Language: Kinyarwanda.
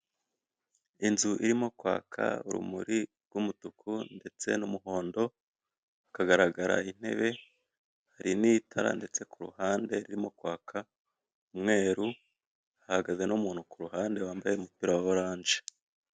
Inzu irimo kwaka urumuri rw'umutuku ndetse n'umuhondo hakagaragara intebe hari n'itara ndetse ku ruhande ririmo kwaka umweru hahagaze n'umuntu uri ku ruhande wambaye umupira wa oranje.